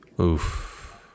Oof